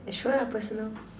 sure personal